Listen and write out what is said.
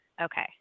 okay